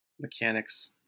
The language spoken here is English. mechanics